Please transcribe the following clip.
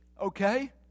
Okay